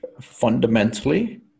fundamentally